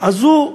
אז הוא,